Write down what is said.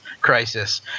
crisis